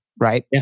right